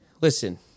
listen